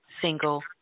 single